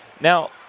Now